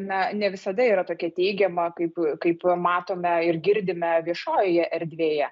na ne visada yra tokia teigiama kaip kaip matome ir girdime viešojoje erdvėje